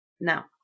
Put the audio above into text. Now